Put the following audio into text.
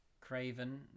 Craven